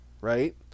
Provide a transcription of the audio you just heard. right